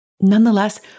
Nonetheless